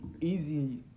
easy